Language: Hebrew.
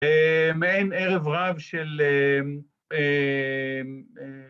מעין ערב רב של...